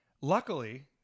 Luckily